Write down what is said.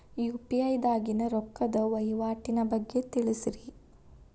UPI ದಾಗಿನ ರೊಕ್ಕದ ವಹಿವಾಟಿನ ಬಗ್ಗೆ ತಿಳಸ್ರಿ